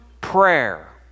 prayer